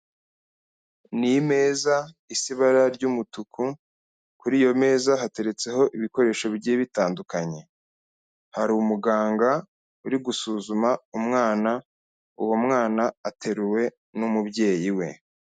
Ni imeza isa ibara ry'umutuku, kuri iyo meza hateretseho ibikoresho bigiye bitandukanye, hari umuganga uri gusuzuma umwana, uwo mwana ateruwe n'umubyeyi we.